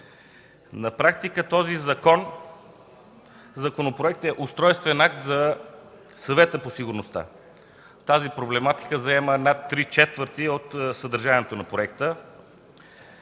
На практика този законопроект е устройствен акт на Съвета по сигурността. Тази проблематика заема над три четвърти от съдържанието на проекта.